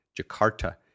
Jakarta